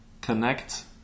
connect